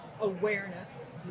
awareness